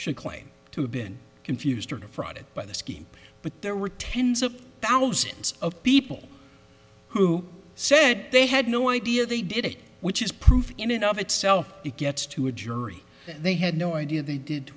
should claim to have been confused or defrauded by the scheme but there were tens of thousands of people who said they had no idea they did it which is proof in and of itself it gets to a jury they had no idea they did